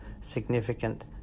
significant